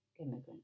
immigrant